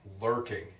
Lurking